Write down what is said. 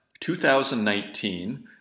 2019